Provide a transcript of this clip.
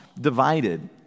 divided